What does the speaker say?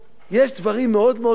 יש דברים מאוד פשוטים